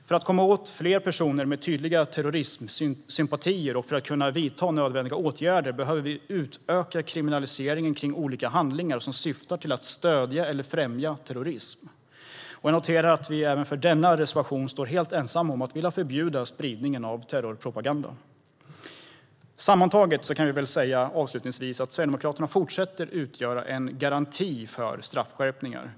För att komma åt fler personer med tydliga terrorismsympatier och för att kunna vidta nödvändiga åtgärder behöver vi utöka kriminaliseringen av olika handlingar som syftar till att stödja eller främja terrorism. Jag noterar att vi även för denna reservation står helt ensamma om att vilja förbjuda spridningen av terrorpropaganda. Sammantaget kan vi väl avslutningsvis säga att Sverigedemokraterna fortsätter att utgöra en garanti för straffskärpningar.